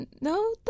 No